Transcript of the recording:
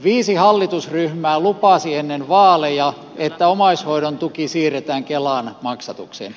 viisi hallitusryhmää lupasi ennen vaaleja että omaishoidon tuki siirretään kelan maksatukseen